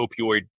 opioid